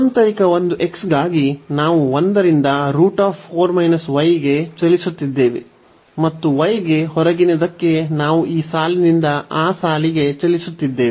ಆಂತರಿಕ ಒಂದು x ಗಾಗಿ ನಾವು 1 ರಿಂದ √ ಗೆ ಚಲಿಸುತ್ತಿದ್ದೇವೆ ಮತ್ತು y ಗೆ ಹೊರಗಿನದಕ್ಕೆ ನಾವು ಈ ಸಾಲಿನಿಂದ ಆ ಸಾಲಿಗೆ ಚಲಿಸುತ್ತಿದ್ದೇವೆ